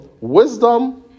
wisdom